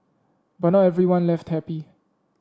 but not everyone left happy